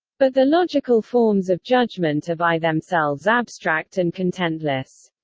but the logical forms of judgement are by themselves abstract and contentless.